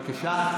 בבקשה.